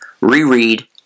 reread